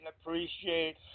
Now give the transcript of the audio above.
appreciate